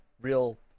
real